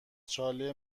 چاله